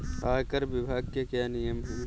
आयकर विभाग के क्या नियम हैं?